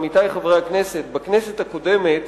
עמיתי חברי הכנסת: בכנסת הקודמת